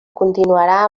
continuarà